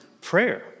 prayer